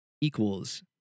equals